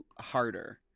harder